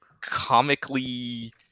comically